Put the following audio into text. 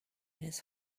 his